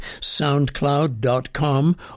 soundcloud.com